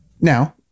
Now